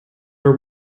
are